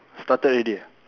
started already